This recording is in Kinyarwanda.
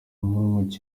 muri